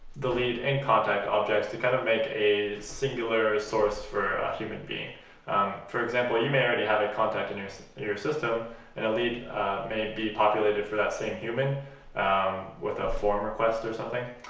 the lead and contact objects to kind of make a singular source for a human being for example you may already have a contact in your so your system and a lead may be populated for that same human um with a form request or something